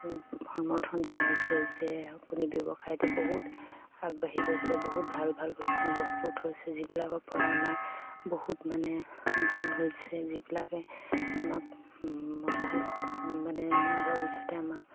সমৰ্থন জনাইছে যে আপুনি ব্যৱসায়টো বহুত আগবাঢ়ি গৈছে বহুত ভাল ভাল আপুনি বস্তু থৈছে যিবিলাকৰপৰা আমাৰ বহুত মানে ভাল হৈছে যিবিলাকে আমাক বহুত মানে ভৱিষ্যতে আমাক